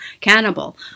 cannibal